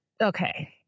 okay